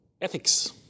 ethics